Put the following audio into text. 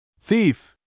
Thief